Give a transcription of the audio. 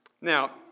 Now